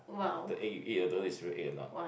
the egg you eat don't know is real egg or not